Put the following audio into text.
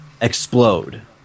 explode